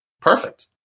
perfect